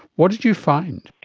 what did you find?